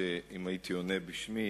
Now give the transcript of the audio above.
אם הייתי עונה בשמי